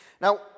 Now